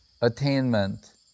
attainment